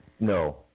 No